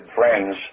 friends